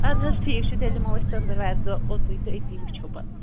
اَدٕ حظ ٹھیٖک چھُ تیٚلہِ یِمو أسۍ ژٔنٛدر وارِ دۅہ اوٚتُے تہٕ أتی وُِچھَو پَتہٕ